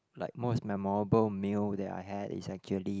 like most memorable meal that I had is actually